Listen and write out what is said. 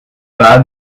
pas